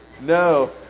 No